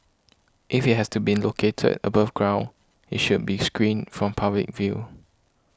if it has to been located above ground it should be screened from public view